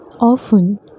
Often